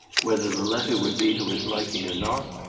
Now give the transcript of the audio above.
whether the letter would be to his liking or not,